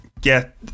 get